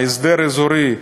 הסדר אזורי,